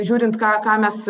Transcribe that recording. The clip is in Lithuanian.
žiūrint ką ką mes